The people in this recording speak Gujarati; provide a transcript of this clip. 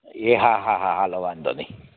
એ હાં હાં હાં હાલો વાંધો નહીં